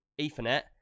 Ethernet